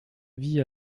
vie